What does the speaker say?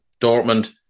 Dortmund